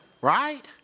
right